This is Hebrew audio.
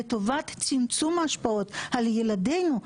לטובת צמצום ההשפעות על ילדינו,